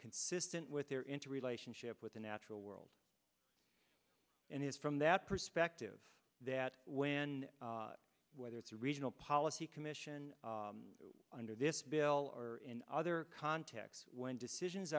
consistent with their into relationship with the natural world and is from that perspective that when whether it's a regional policy commission under this bill or in other contexts when decisions